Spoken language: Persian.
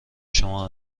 شما